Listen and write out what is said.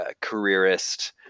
careerist